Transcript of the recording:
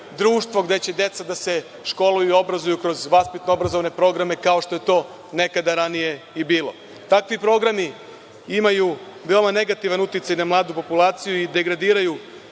društvu gde će deca da se školuju i da se obrazuju kroz vaspitno-obrazovne programe, kao što je to nekada ranije bilo? Takvi programi imaju veoma negativan uticaj na mladu populaciju i degradiraju